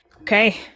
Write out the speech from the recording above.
Okay